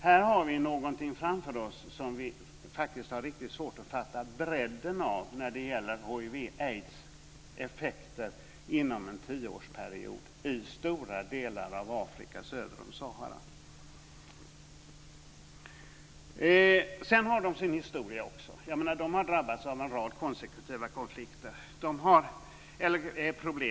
Här har vi någonting framför oss som vi har svårt att fatta bredden av när det gäller effekterna hiv/aids inom en tioårsperiod i stora delar av Afrika, söder om Sahara. Sedan har Afrika också sin historia. Man har drabbats av en rad konflikter.